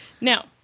Now